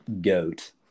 GOAT